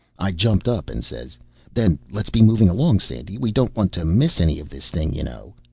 i jumped up and says then let's be moving along, sandy we don't want to miss any of this thing, you know.